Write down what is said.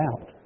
out